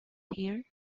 here